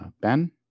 Ben